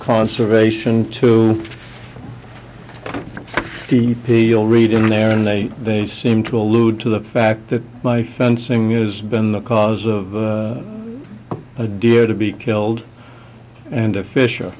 conservation to d p you'll read in there and they seem to allude to the fact that my fencing is been the cause of a deer to be killed and a fish